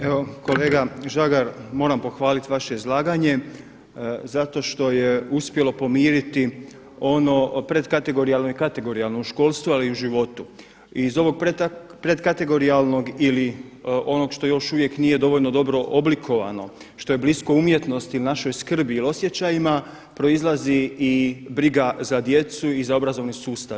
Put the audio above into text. Evo kolega Žagar, moram pohvaliti vaše izlaganje zato što je uspjelo pomiriti ono predkategorijalno i kategorijalno u školstvu ali i u životu i iz ovog predkategorijalnog ili onog što još uvijek nije dovoljno dobro oblikovano, što je blisko umjetnosti ili našoj skrbi ili osjećajima proizlazi i briga za djecu i za obrazovni sustav.